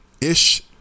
ish